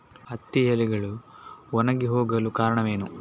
ಹತ್ತಿ ಎಲೆಗಳು ಒಣಗಿ ಹೋಗಲು ಕಾರಣವೇನು?